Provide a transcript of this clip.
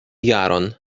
jaron